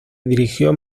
dirigió